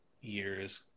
years